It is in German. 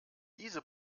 diese